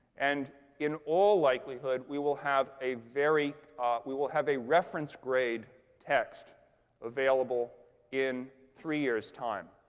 and in all likelihood, we will have a very we will have a reference grade text available in three years time.